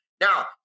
Now